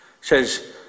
Says